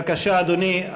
בבקשה, אדוני.